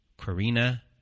karina